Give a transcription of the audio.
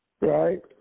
right